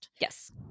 Yes